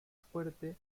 fuerte